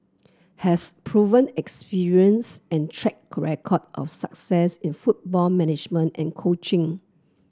has proven experience and track record of success in football management and coaching